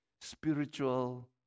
spiritual